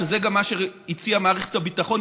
שזה גם מה שהציעה מערכת הביטחון,